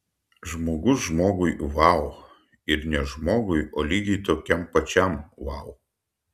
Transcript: žmogus žmogui vau ir ne žmogui o lygiai tokiam pačiam vau